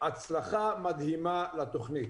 הצלחה מדהימה לתכנית.